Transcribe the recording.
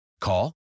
Call